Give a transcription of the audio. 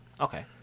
Okay